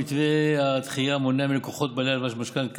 מתווה הדחייה מונע מלקוחות בעלי הלוואה או משכנתה